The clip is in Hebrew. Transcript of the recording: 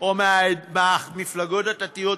או מהמפלגות הדתיות,